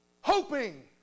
Hoping